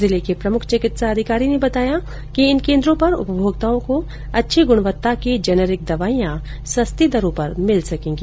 जिले के प्रमुख चिकित्सा अधिकारी ने बताया कि इन केन्द्रों पर उपमोक्ताओं को अच्छी गुणवत्ता की जैनरिक दवाईयां सस्ती दरों पर मिल सकेगी